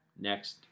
next